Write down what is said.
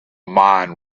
mind